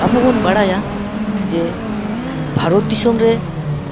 ᱟᱵᱚ ᱵᱚᱱ ᱵᱟᱲᱟᱭᱟ ᱡᱮ ᱵᱷᱟᱨᱚᱛ ᱫᱤᱥᱚᱢ ᱨᱮ